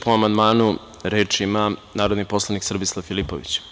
Pa amandmanu, reč ima narodni poslanik Srbislav Filipović.